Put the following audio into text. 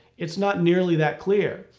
it's not nearly that clear.